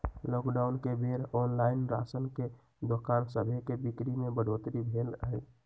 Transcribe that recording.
lockdown के बेर online ration के दोकान सभके बिक्री में बढ़ोतरी भेल हइ